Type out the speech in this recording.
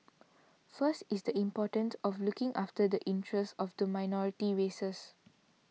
first is the important of looking after the interest of the minority races